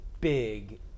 big